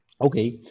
Okay